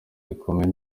rikomeye